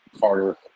Carter